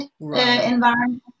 environment